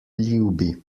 ljubi